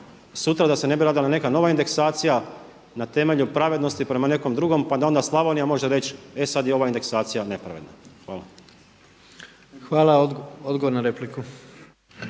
sutra da se ne bi radila neka nova indeksacija, na temelju pravednosti prema nekom drugom pa da onda Slavonija može reći e sad je ova indeksacija nepravedna. Hvala. **Jandroković,